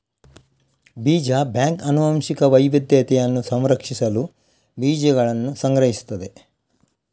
ಬೀಜ ಬ್ಯಾಂಕ್ ಆನುವಂಶಿಕ ವೈವಿಧ್ಯತೆಯನ್ನು ಸಂರಕ್ಷಿಸಲು ಬೀಜಗಳನ್ನು ಸಂಗ್ರಹಿಸುತ್ತದೆ